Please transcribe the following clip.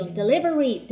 delivery